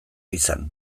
izan